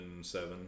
seven